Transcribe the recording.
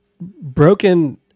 broken